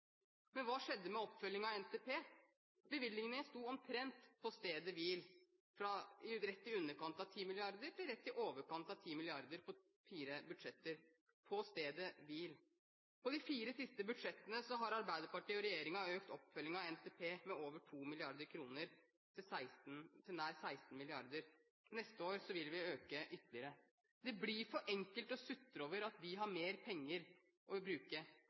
Men hva skjedde med oppfølgingen av NTP? Bevilgningene sto omtrent på stedet hvil fra rett i underkant av 10 mrd. kr til rett i overkant av 10 mrd. kr på fire budsjetter – på stedet hvil. På de fire siste budsjettene har Arbeiderpartiet og regjeringen økt oppfølgingen av NTP med over 2 mrd. kr til nær 16 mrd. kr. Neste år vil vi øke ytterligere. Det blir for enkelt å sutre over at vi har mer penger å bruke.